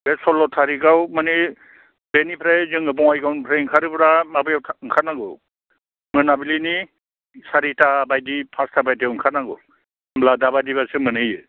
बे सल्ल' थारिखआव माने बेनिफ्राय जोङो बङाइगावनिफ्राय ओंखारोब्ला माबायाव ओंखारनांगौ मोनाबिलिनि सारिथा बायदि फासथा बायदियाव ओंखारनांगौ होनब्ला दा बायदिबासो मोनहैयो